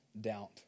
doubt